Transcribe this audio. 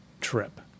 trip